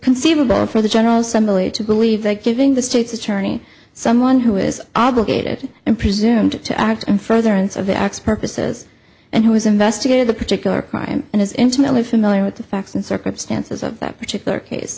conceivable for the general assembly to believe that giving the state's attorney someone who is obligated and presumed to act in furtherance of acts purposes and who has investigated the particular crime and is intimately familiar with the facts and circumstances of that particular case